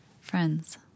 Friends